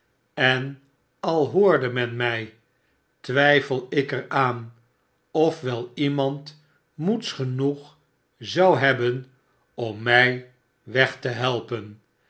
en al hoorde men mij twijfel ik er aan of wel iemand moeds genoeg zou hebben om mij weg te helpen